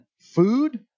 food